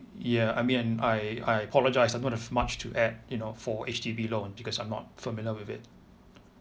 ya I mean I I apologize I don't have much to add you know for H_D_B loan because I'm not familiar with it